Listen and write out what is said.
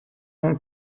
own